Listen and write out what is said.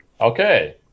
Okay